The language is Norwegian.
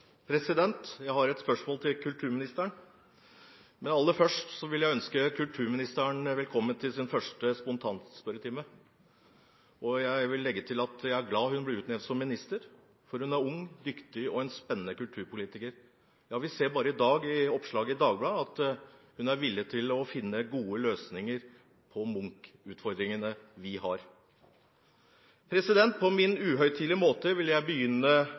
Jeg har et spørsmål til kulturministeren, men aller først vil jeg ønske kulturministeren velkommen til sin første spontanspørretime. Jeg vil legge til at jeg er glad for at hun ble utnevnt som minister, for hun er en ung, dyktig og spennende kulturpolitiker. Vi ser i dag i et oppslag i Dagbladet at hun er villig til å finne gode løsninger med tanke på de Munch-utfordringene vi har. På min uhøytidelige måte vil jeg begynne